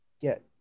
get